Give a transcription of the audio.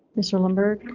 mr limburg,